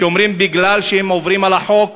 אלה שאומרים שזה בגלל שהם עוברים על החוק,